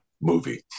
movie